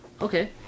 Okay